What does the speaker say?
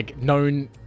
known